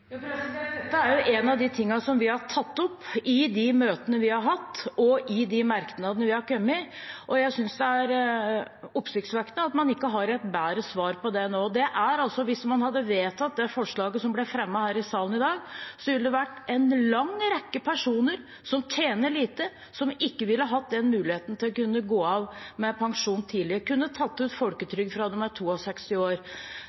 har hatt, og i de merknadene vi har kommet med, og jeg synes det er oppsiktsvekkende at man ikke har et bedre svar på det nå. Hvis man hadde vedtatt det forslaget som ble fremmet her i salen i dag, ville det vært en lang rekke personer som tjener lite, som ikke ville hatt den muligheten til å kunne gå av med pensjon tidlig, til å kunne ta ut folketrygd fra de er 62 år.